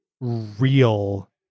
real